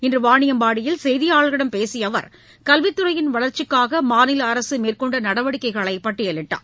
இன்று வாணியம்பாடியில் செய்தியாளர்களிடம் பேசிய அவர் கல்வித் துறையின் வளர்ச்சிக்காக மாநில அரசு மேற்கொண்ட நடவடிக்கைகளை பட்டியலிட்டார்